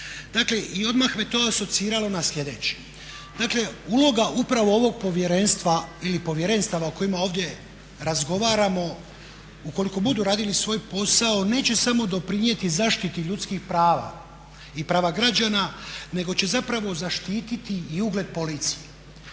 odmah me to asociralo na sljedeće, dakle uloga upravo ovog povjerenstva, ili povjerenstava o kojima ovdje razgovaramo ukoliko budu radili svoj posao neće samo doprinijeti zaštiti ljudskih prava i prava građana, nego će zapravo zaštiti i ugled policije.